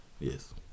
Yes